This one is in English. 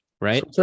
right